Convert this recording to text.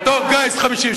בתור גיס חמישי.